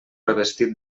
revestit